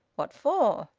what for?